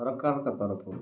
ସରକାରଙ୍କ ତରଫରୁ